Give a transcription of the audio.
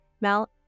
Mel